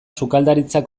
sukaldaritza